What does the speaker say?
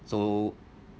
so